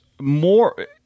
more